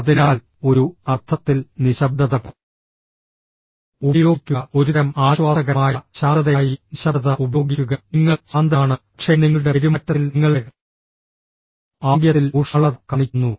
അതിനാൽ ഒരു അർത്ഥത്തിൽ നിശബ്ദത ഉപയോഗിക്കുക ഒരുതരം ആശ്വാസകരമായ ശാന്തതയായി നിശബ്ദത ഉപയോഗിക്കുക നിങ്ങൾ ശാന്തനാണ് പക്ഷേ നിങ്ങളുടെ പെരുമാറ്റത്തിൽ നിങ്ങളുടെ ആംഗ്യത്തിൽ ഊഷ്മളത കാണിക്കുന്നു